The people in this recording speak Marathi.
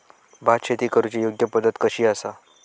भात शेती करुची योग्य पद्धत कशी आसा?